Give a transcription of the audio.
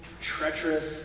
treacherous